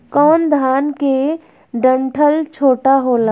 कौन धान के डंठल छोटा होला?